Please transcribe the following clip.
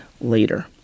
later